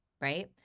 right